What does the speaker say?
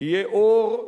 יהיה אור,